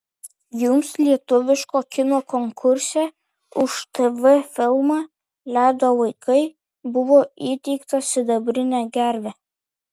jums lietuviško kino konkurse už tv filmą ledo vaikai buvo įteikta sidabrinė gervė